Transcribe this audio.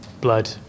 blood